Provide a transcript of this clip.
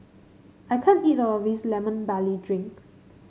I can't eat all of this Lemon Barley Drink